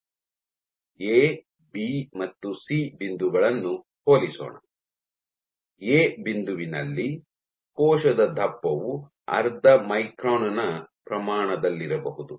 A B ಮತ್ತು C A B and C ಬಿಂದುಗಳನ್ನು ಹೋಲಿಸೋಣ ಎ ಬಿಂದುವಿನಲ್ಲಿ ಕೋಶದ ದಪ್ಪವು ಅರ್ಧ ಮೈಕ್ರಾನ್ ನ ಪ್ರಮಾಣದಲ್ಲಿರಬಹುದು